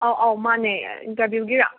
ꯑꯧ ꯑꯧ ꯃꯥꯅꯦ ꯏꯟꯇꯔꯕ꯭ꯌꯨꯒꯤꯔꯥ